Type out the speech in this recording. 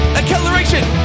acceleration